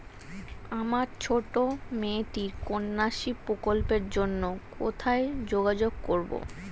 আমার ছোট্ট মেয়েটির কন্যাশ্রী প্রকল্পের জন্য কোথায় যোগাযোগ করব?